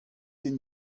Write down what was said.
ken